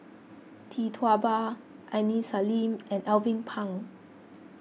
Tee Tua Ba Aini Salim and Alvin Pang